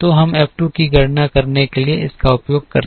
तो हम F 2 की गणना करने के लिए इसका उपयोग कर सकते हैं